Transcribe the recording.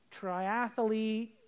triathlete